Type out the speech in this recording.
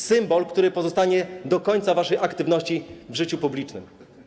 Symbol, który pozostanie do końca waszej aktywności w życiu publicznym.